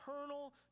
eternal